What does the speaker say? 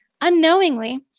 unknowingly